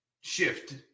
shift